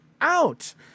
out